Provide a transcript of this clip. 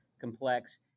complex